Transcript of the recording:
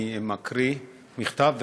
אני מקריא מכתב,